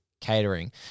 catering